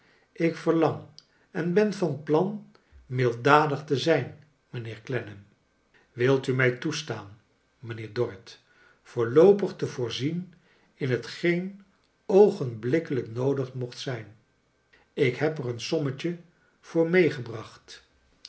ik verlaag en ben van plan milddadig te zijn mijnheer clennam wilt u mij toestaan mijnheer d'orrit voorloopig te voorzien in hetgeen oogenblikkelijk noodig mocht zijn ik heb er een sommetje voor